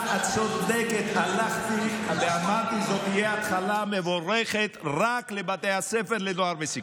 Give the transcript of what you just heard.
כי הוא צריך את התברואה ואישור משרד הבריאות.